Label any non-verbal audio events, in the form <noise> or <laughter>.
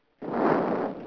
<breath>